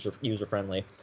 user-friendly